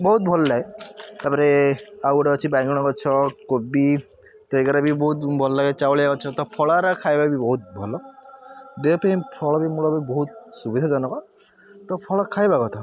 ବହୁତ ଭଲଲାଗେ ତାପରେ ଆଉ ଗୋଟେ ଅଛି ବାଇଗଣ ଗଛ କୋବି ସେଗେରା ବି ବହୁତ ଭଲଲାଗେ ଚାଉଳିଆ ଗଛ ତା ଫଳ ଗୁରା ଖାଇବାକୁ ବହୁତ ଭଲ ଦେହ ପାଇଁ ଫଳ ବି ମୂଳ ବି ବହୁତ ସୁବିଧାଜନକ ତ ଫଳ ଖାଇବା କଥା